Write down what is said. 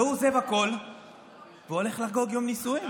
והוא עוזב הכול והולך לחגוג יום נישואים.